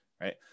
Right